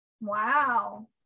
wow